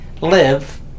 live